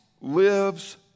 lives